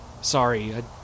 Sorry